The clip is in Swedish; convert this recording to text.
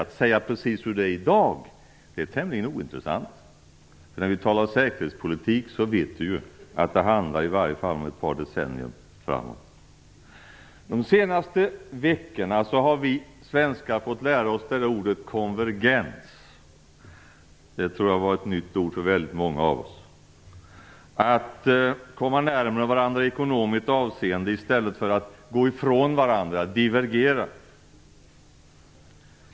Att säga precis hur det är i dag är tämligen ointressant. När vi talar säkerhetspolitik vet vi att det handlar om i varje fall ett par decennier framåt. De senaste veckorna har vi svenskar fått lära oss ordet konvergens. Det tror jag var ett nytt ord för väldigt många av oss. Det betyder att komma närmare varandra i ekonomiskt avseende i stället för att gå ifrån varandra, divergera.